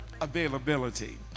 availability